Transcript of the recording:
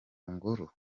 ngoro